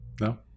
no